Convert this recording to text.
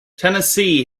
tennessee